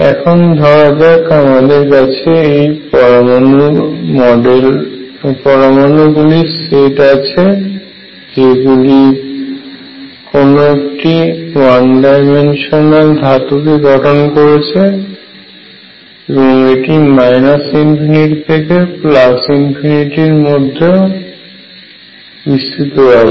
এখন ধরা যাক আমাদের কাছে এই পরমাণু গুলির সেট আছে যেগুলি কোনো একটি ওয়ান ডাইমেনশনাল ধাতু কে গঠন করেছে এবং এটি ∞ থেকে পর্যন্ত বিস্তৃত আছে